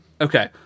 Okay